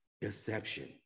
deception